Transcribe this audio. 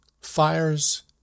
Fires